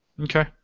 Okay